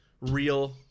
real